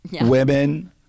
women